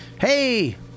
hey